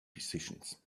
decisions